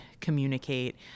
communicate